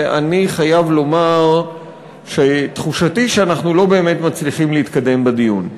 ואני חייב לומר שתחושתי שאנחנו לא באמת מצליחים להתקדם בדיון.